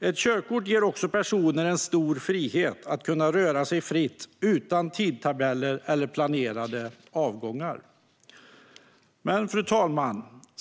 Ett körkort ger också personer en stor frihet att röra sig fritt, utan tidtabeller eller planerade avgångar. Fru talman!